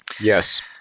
Yes